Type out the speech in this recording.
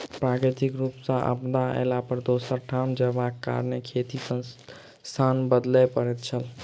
प्राकृतिक रूप सॅ आपदा अयला पर दोसर ठाम जायबाक कारणेँ खेतीक स्थान बदलय पड़ैत छलै